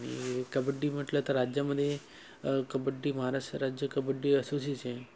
आणि कबड्डी म्हटलं तर राज्यामध्ये कबड्डी महाराष्ट्र राज्य कबड्डी असोसिचे